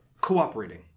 cooperating